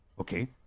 Okay